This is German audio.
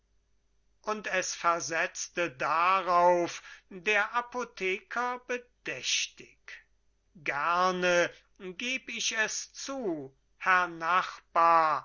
und es versetzte darauf der apotheker bedächtig gerne geb ich es zu herr nachbar